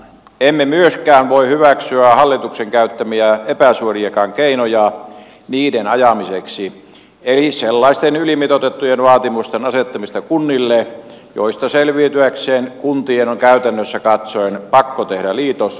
emme myöskään voi hyväksyä hallituksen käyttämiä epäsuoriakaan keinoja niiden ajamiseksi emme sellaisten ylimitoitettujen vaatimusten asettamista kunnille joista selviytyäkseen kuntien on käytännössä katsoen pakko tehdä liitos naapurikuntien kanssa